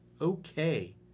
Okay